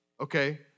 okay